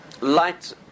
light